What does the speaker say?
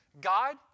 God